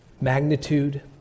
magnitude